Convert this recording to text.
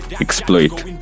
exploit